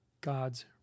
God's